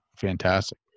fantastic